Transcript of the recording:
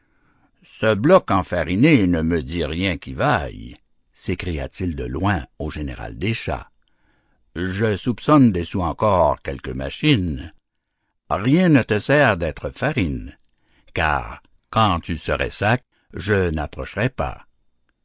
ce bloc enfariné ne me dit rien qui vaille s'écria-t-il de loin au général des chats je soupçonne dessous encor quelque machine rien ne te sert d'être farine car quand tu serais sac je n'approcherais pas